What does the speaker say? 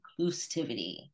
inclusivity